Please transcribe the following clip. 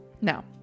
now